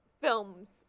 films